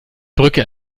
brücke